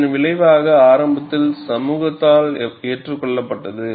இதன் விளைவாக ஆரம்பத்தில் சமூகத்தால் ஏற்றுக்கொள்ளப்பட்டது